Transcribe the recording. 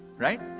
right?